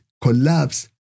collapse